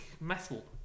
metal